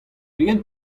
pegen